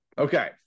Okay